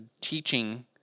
Teaching